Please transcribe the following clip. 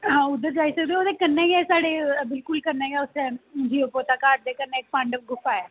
उत्थै तुस जाई सकदे ओ उत्थै जिया पौता घाट कन्नै गे इक पांडव गुफा ऐ